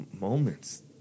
moments